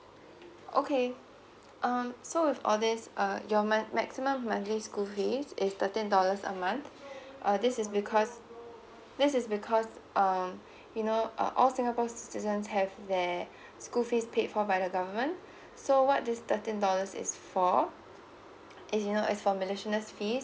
okay um so if all this err your mon~ maximum monthly school fees is thirteeen dollars a month uh this is because this is because um you know uh all singapore citizen have their school fees paid for by the government so what this thirteen dollars is for is you know is for miscellaneous fees